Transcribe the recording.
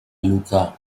luca